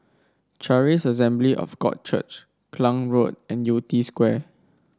Charis Assembly of God Church Klang Road and Yew Tee Square